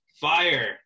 fire